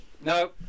no